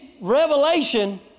revelation